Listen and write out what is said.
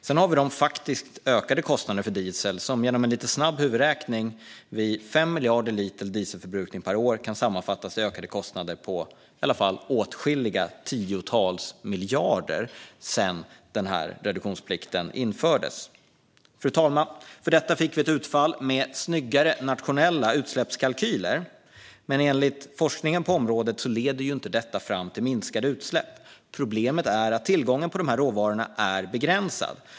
Sedan har vi de faktiskt ökade kostnaderna för diesel, som genom lite snabb huvudräkning vid 5 miljarder liters dieselförbrukning per år kan sammanfattas till i alla fall åtskilliga tiotals miljarder sedan reduktionsplikten infördes. För detta, fru talman, fick vi ett utfall med snyggare nationella utsläppskalkyler, men enligt forskningen på området leder det inte fram till minskade utsläpp. Problemet är att tillgången på dessa råvaror är begränsad.